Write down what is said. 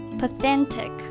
pathetic